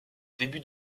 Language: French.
début